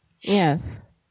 Yes